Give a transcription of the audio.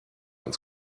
ins